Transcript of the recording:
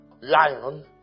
lion